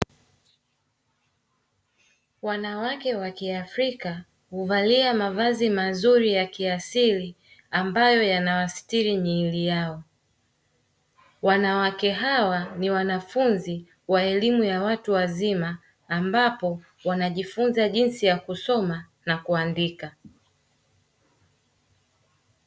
Wanawake wa kiafrika huvalia mavazi mazuri ya kiasili ambayo yanawastiri miili yao. Wanawake hawa ni wanafunzi wa elimu ya watu wazima ambapo wanajifunza jinsi ya kusoma na kuandika.